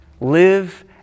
live